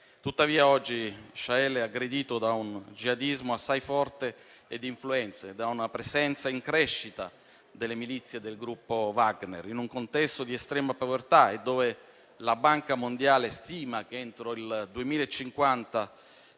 Tuttavia, oggi il Sahel è aggredito da un jihadismo assai forte ed influente, da una presenza in crescita delle milizie russe del gruppo Wagner, in un contesto di estrema povertà e dove la Banca mondiale stima che, entro il 2050,